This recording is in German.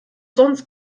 sonst